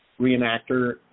reenactor